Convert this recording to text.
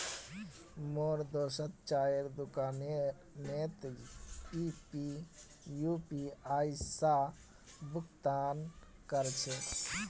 मोर दोस्त चाइर दुकानोत यू.पी.आई स भुक्तान कर छेक